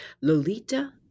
Lolita